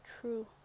true